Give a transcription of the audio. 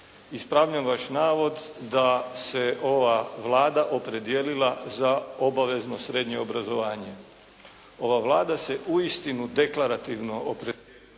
Ispravljam vaš navod da se ova Vlada opredijelila za obavezno srednje obrazovanje. Ova Vlada se uistinu deklarativno opredijelila